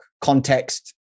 Context